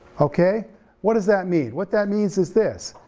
okay what does that mean? what that means is this,